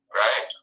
right